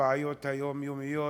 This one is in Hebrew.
הבעיות היומיומיות,